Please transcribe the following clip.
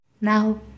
now